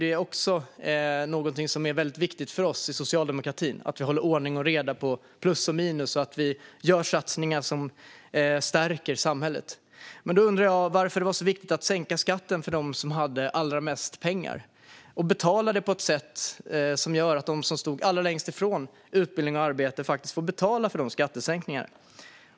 Det är viktigt också för oss i socialdemokratin att ha ordning och reda på plus och minus så att vi gör satsningar som stärker samhället. Då undrar jag varför det var så viktigt att sänka skatten för dem som har allra mest pengar och bekosta det på ett sätt som gör att de som står allra längst från utbildning och arbete faktiskt får betala för dessa skattesänkningar.